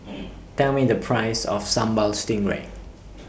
Tell Me The Price of Sambal Stingray